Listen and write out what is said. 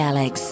Alex